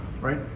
right